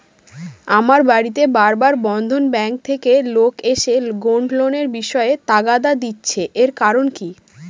আমার বাড়িতে বার বার বন্ধন ব্যাংক থেকে লোক এসে গোল্ড লোনের বিষয়ে তাগাদা দিচ্ছে এর কারণ কি?